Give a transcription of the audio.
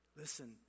Listen